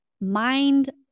mind